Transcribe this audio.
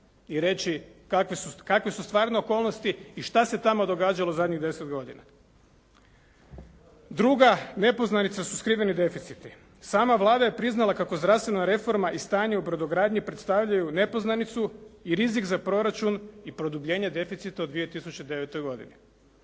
i reći kakve su stvarno okolnosti šta se tamo događalo zadnjih deset godina. Druga nepoznanica su skriveni deficiti. Sama Vlada je priznala kako zdravstvena reforma i stanje u brodogradnji predstavljaju nepoznanicu i rizik za proračun i produbljenje deficita u 2009. godini.